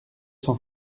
cent